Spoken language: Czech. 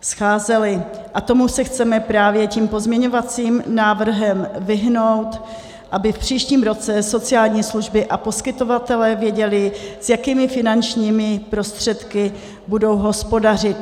scházely, a tomu se chceme právě tím pozměňovacím návrhem vyhnout, aby v příštím roce sociální služby a poskytovatelé věděli, s jakými finančními prostředky budou hospodařit.